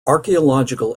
archaeological